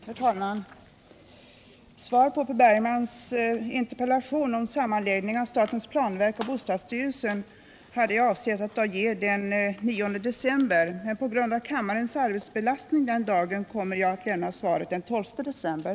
Herr talman! Svaret på Per Bergmans interpellation om sammanläggning av statens planverk och bostadsstyrelsen hade jag avsett att ge den 9 december, men på grund av kammarens arbetsbelastning den dagen kommer jag i stället att lämna svaret den 12 december.